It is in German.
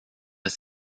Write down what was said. das